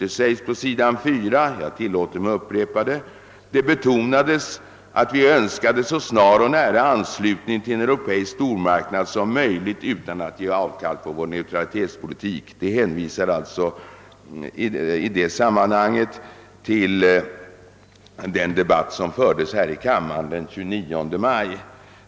I början av deklarationen — jag tillåter mig att upprepa detta — uttalades det: »Det betonades emellertid att vi önskade en så snar och nära anslutning till en europeisk stormarknad som möjligt utan att ge avkall på vår neutralitetspolitik.» Detta syftar alltså på den debatt som fördes här i kammaren den 29 maj.